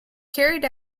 carried